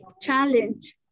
challenge